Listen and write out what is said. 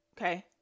okay